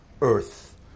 Earth